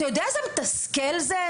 אתה יודע איזה מתסכל זה?